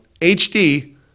HD